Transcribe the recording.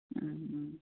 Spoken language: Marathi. हं हं